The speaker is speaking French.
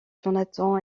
jonathan